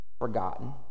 Forgotten